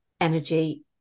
energy